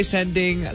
Sending